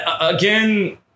Again